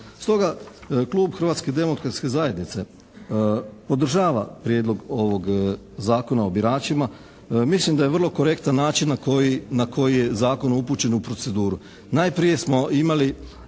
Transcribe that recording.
Stoga, Klub Hrvatske demokratske zajednice podržava Prijedlog ovog zakona o biračima. Mislim da je vrlo korektan način na koji je zakon upućen u proceduru. Najprije smo imali